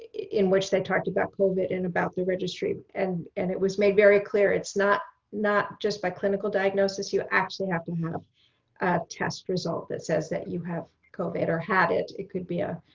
in which they talked about covid and about the registry. and and it was made very clear it's not not just by clinical diagnosis. you actually have to have a test result that says that you have or had it. it could be a